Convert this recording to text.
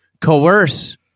coerce